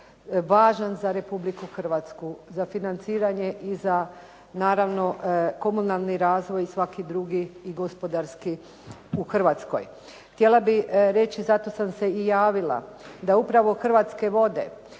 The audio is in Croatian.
važan za Republiku Hrvatsku, za financiranje i za naravno komunalni razvoj i svaki drugi i gospodarski u Hrvatskoj. Htjela bih reći i zato sam se i javila da upravo Hrvatske vode